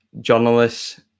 journalists